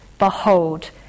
Behold